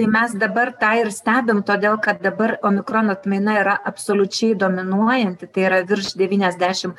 tai mes dabar tą ir stebim todėl kad dabar omikron atmaina yra absoliučiai dominuojanti tai yra virš devyniasdešim